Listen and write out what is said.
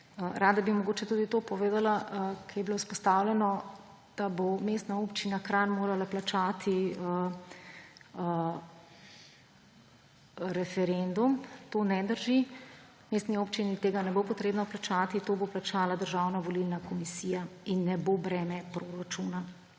Rada bi mogoče tudi to povedala, ko je bilo izpostavljeno, da bo Mestna občina Kranj morala plačati referendum. To ne drži. Mestni občini tega ne bo treba plačati, to bo plačala Državna volilna komisija in ne bo breme proračuna